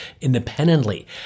independently